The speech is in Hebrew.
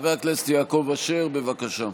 חבר הכנסת יעקב אשר, בבקשה.